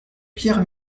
pierre